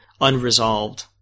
unresolved